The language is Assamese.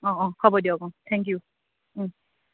অঁ অঁ হ'ব দিয়ক অঁ থেংক ইউ